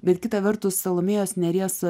bet kita vertus salomėjos nėries